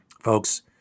folks